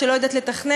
שלא יודעת לתכנן,